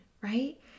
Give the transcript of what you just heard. right